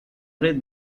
red